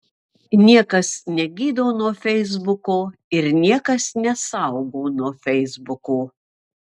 niekas negydo nuo feisbuko ir niekas nesaugo nuo feisbuko